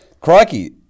Crikey